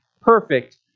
perfect